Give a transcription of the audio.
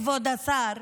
כבוד השר,